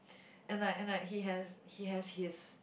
and like and like he has he has his